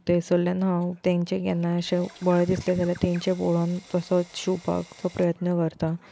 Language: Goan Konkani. थंयसरल्यान हांव तेंचें घेता केन्नाय अशें बरें दिसलें जाल्यार तेंचें पोळोन तसोच शिंवपाचो प्रयत्न करता